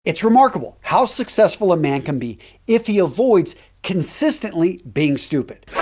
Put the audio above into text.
it's remarkable how successful a man can be if he avoids consistently being stupid.